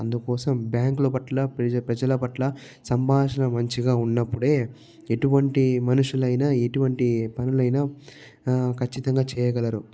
అందుకోసం బ్యాంకుల పట్ల ప్రజల పట్ల సంభాషణ మంచిగా ఉన్నప్పుడే ఎటువంటి మనుషులైనా ఎటువంటి పనులైనా ఖచ్చితంగా చేయగలరు